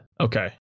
Okay